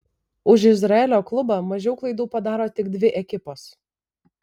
už izraelio klubą mažiau klaidų padaro tik dvi ekipos